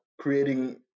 creating